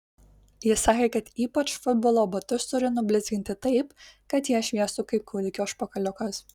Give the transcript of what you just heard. jis sakė kad ypač futbolo batus turiu nublizginti taip kad jie šviestų kaip kūdikio užpakaliukas